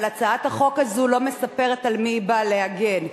אבל הצעת החוק הזאת לא מספרת על מי היא באה להגן,